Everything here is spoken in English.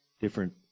different